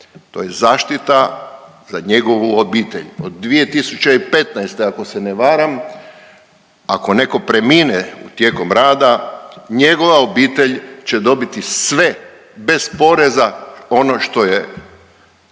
To je zaštita za njegovu obitelj. Od 2015. ako se ne varam, ako netko premine tijekom rada njegova obitelj će dobiti sve bez poreza ono što je